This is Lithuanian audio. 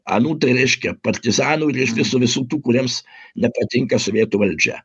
anų tai reiškia partizanų reiškia su visų tų kuriems nepatinka sovietų valdžia